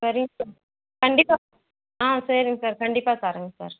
சரிங்க சார் கண்டிப்பாக ஆ சரிங்க சார் கண்டிப்பாக தர்றேன்ங்க சார்